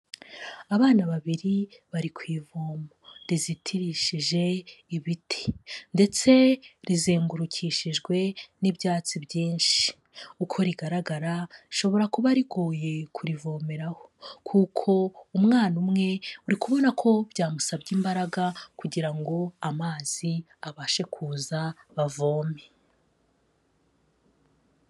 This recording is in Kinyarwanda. Abana babiri bari ku ivomo rizitirishije ibiti ndetse rizengurukishijwe n'ibyatsi byinshi. Uko rigaragara, rishobora kuba rigoye kurivomeraho kuko umwana umwe uri kubona ko byamusabye imbaraga kugira ngo amazi abashe kuza, bavome.